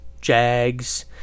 Jags